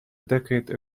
decade